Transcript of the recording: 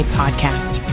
podcast